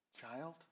child